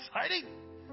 exciting